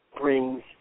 brings